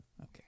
Okay